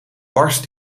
barst